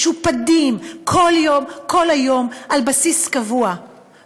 משופדים כל יום וכל היום על בסיס קבוע,